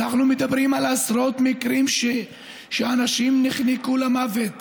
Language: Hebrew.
אנחנו מדברים על עשרות מקרים שבהם אנשים נחנקו למוות